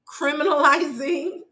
criminalizing